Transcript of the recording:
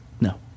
No